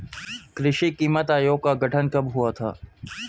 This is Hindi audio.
कृषि कीमत आयोग का गठन कब हुआ था?